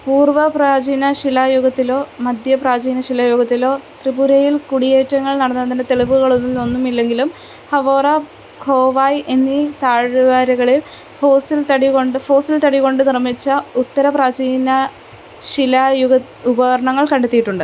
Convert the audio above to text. പൂർവ്വ പ്രാചീന ശിലായുഗത്തിലോ മധ്യ പ്രാചീന ശിലായുഗത്തിലോ ത്രിപുരയിൽ കുടിയേറ്റങ്ങൾ നടന്നതിൻ്റെ തെളിവുകൾ അതിൽ ഒന്നും ഇല്ലെങ്കിലും ഹവോറ ഖോവായ് എന്നീ താഴ്വാരകളിൽ ഫോസിൽ തടി കൊണ്ട് ഫോസിൽ തടി കൊണ്ട് നിർമ്മിച്ച ഉത്തര പ്രാചീന ശിലായുഗ ഉപകരണങ്ങൾ കണ്ടെത്തിയിട്ട് ഉണ്ട്